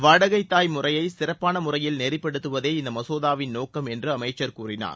வாடகைத்தாய் முறையை சிறப்பான முறையில் நெறிப்படுத்துவதே இந்த மசோதாவின் நோக்கம் என்று அமைச்சர் கூறினார்